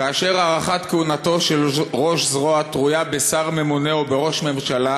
כאשר הארכת כהונתו של ראש זרוע תלויה בשר ממונה או בראש ממשלה,